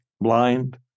blind